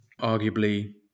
Arguably